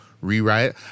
rewrite